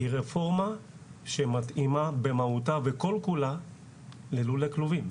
היא רפורמה שמתאימה במהותה וכל כולה ללולי כלובים.